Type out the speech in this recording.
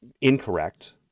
incorrect